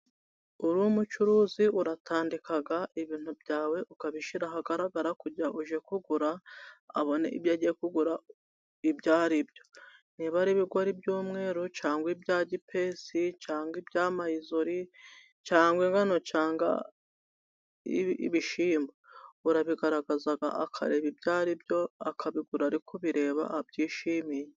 Uri umucuruzi uratandika ibintu byawe ukabishyira ahagaragara , kugira ngo uje kugura abone ibyo agiye kugura ibyo aribyo niba ari ibigori by'umweru, cyangwa ibya gipesi ,cyangwa ibya mayizori, cyangwa ingano, cyangwa ibishyimbo, urabigaragaza akareba ibyo aribyo akabigura ari kubireba abyishimiye.